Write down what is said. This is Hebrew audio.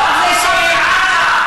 במחסום.